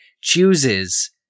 chooses